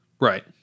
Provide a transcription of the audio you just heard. Right